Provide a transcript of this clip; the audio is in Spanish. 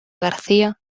garcía